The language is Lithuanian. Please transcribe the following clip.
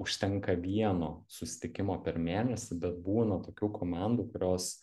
užtenka vieno susitikimo per mėnesį bet būna tokių komandų kurios